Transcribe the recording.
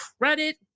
credit